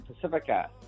Pacifica